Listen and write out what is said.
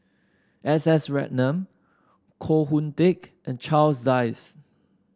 S S Ratnam Koh Hoon Teck and Charles Dyce